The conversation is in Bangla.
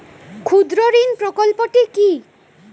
ক্ষুদ্রঋণ প্রকল্পটি কি?